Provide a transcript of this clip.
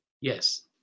yes